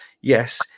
Yes